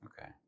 Okay